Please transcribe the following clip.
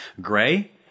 gray